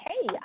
hey